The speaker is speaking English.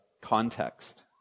context